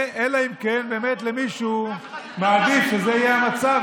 אלא אם כן באמת מישהו מעדיף שזה יהיה המצב,